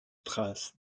trace